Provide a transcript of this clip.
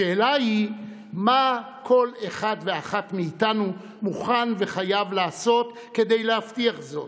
השאלה היא מה כל אחד ואחת מאיתנו מוכן וחייב לעשות כדי להבטיח זאת,